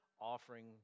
offering